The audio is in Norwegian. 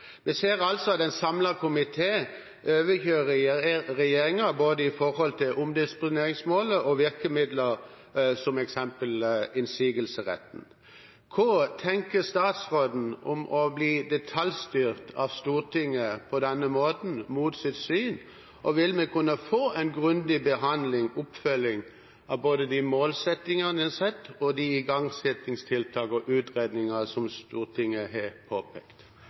Vi ser altså at en samlet komité overkjører regjeringen når det gjelder både omdisponeringsmål og virkemidler, f.eks. innsigelsesretten. Hva tenker statsråden om å bli detaljstyrt av Stortinget på denne måten, mot sitt syn? Og vil vi kunne få en grundig behandling/oppfølging av både de målsettingene en har satt, og de igangsettingstiltak og utredninger som Stortinget har påpekt?